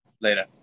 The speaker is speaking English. later